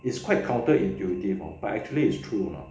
it's quite counter intuitive ah but actually it's true lah